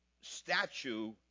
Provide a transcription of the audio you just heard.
statue